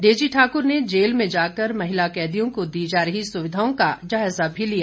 Daisy Thakur ने jail में जाकर महिला कैदियों को दी जा रही सुविधाओं का जायजा भी लिया